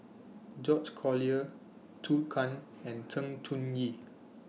George Collyer Zhou Can and Sng Choon Yee